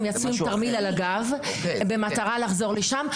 הן יצאו עם תרמיל על הגב במטרה לחזור לשם.